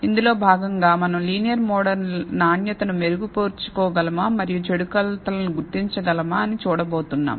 ఇందులో భాగంగా మనం లీనియర్ మోడల్ నాణ్యతను మెరుగుపరచుకోగలమా మరియు చెడు కొలతలను గుర్తించగలమా అని చూడబోతున్నాం